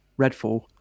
Redfall